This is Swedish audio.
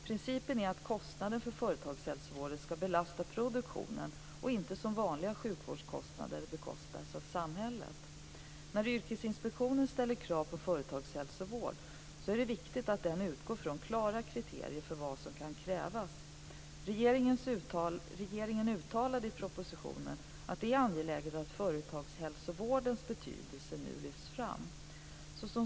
Principen är att kostnaden för företagshälsovården ska belasta produktionen och inte som vanliga sjukvårdskostnader bekostas av samhället. När Yrkesinspektionen ställer krav på företagshälsovård är det viktigt att den utgår från klara kriterier för vad som kan krävas. Regeringen uttalade i propositionen att det är angeläget att företagshälsovårdens betydelse nu lyfts fram.